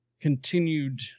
continued